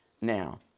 now